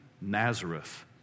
Nazareth